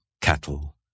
cattle